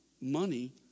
money